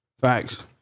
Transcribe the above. facts